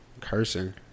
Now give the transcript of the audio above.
cursing